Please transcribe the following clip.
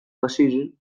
baziren